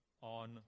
on